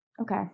Okay